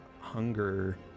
hunger